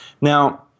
Now